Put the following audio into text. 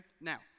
Now